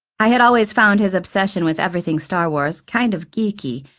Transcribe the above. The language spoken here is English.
i had always found his obsession with everything star wars kind of geeky,